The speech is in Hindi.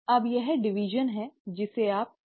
अब यह विभाजन है जिसे आप कोशिका विभाजन कहते हैं